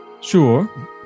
Sure